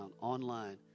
online